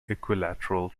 equilateral